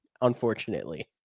unfortunately